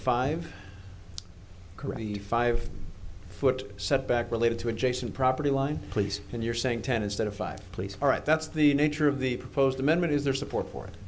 karate five foot setback related to adjacent property line please when you're saying ten instead of five please all right that's the nature of the proposed amendment is there support for it